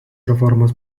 reformos